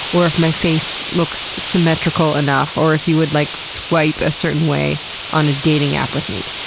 or if my face looks symmetrical enough, or if you would, like, swipe a certain way on a dating app with me.